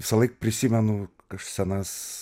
visąlaik prisimenu scenas